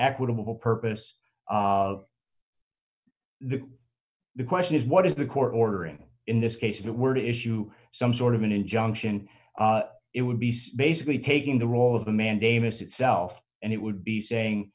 equitable purpose the the question is what is the court ordering in this case that were to issue some sort of an injunction it would be basically taking the role of the mandamus itself and it would be saying